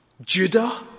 Judah